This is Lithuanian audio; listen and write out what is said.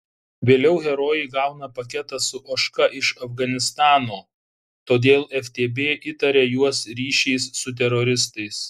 vėliau herojai gauna paketą su ožka iš afganistano todėl ftb įtaria juos ryšiais su teroristais